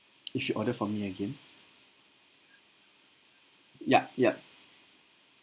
if you order from me again yup yup